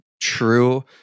true